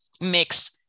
mixed